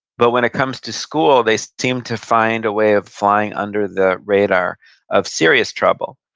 but when it comes to school, they seem to find a way of flying under the radar of serious trouble,